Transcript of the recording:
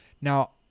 Now